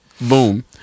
Boom